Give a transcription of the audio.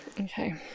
Okay